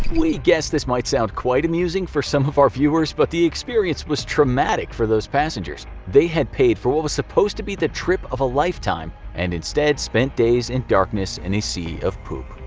we guess this might sound quite amusing to some of our viewers, but the experience was traumatic for those passengers. they had paid for what was supposed to be the trip of a lifetime and instead spent days in darkness in a sea of poop.